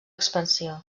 expansió